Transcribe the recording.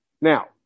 Now